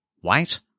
white